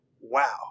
wow